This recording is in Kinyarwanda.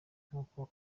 nk’uko